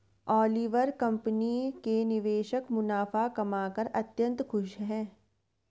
Oliver company के निवेशक मुनाफा कमाकर अत्यंत खुश हैं